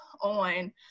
on